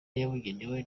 yabugenewe